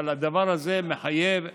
אבל הדבר הזה מחייב דיון.